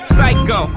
Psycho